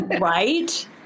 Right